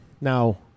Now